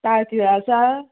तायकिळो आसा